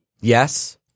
yes